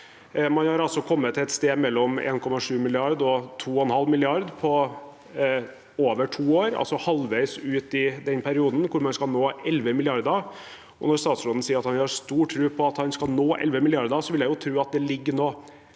Man har altså kommet til et sted mellom 1,7 og 2,5 mrd. kr på over to år, halvveis ut i den perioden hvor man skal nå 11 mrd. kr. Når statsråden sier at han har stor tro på at han skal nå 11 mrd. kr, vil jeg tro at det ligger noen